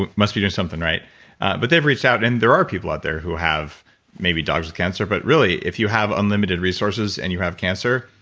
must be doing something. but they've reached out and there are people out there who have maybe dogs with cancer, but really if you have unlimited resources and you have cancer,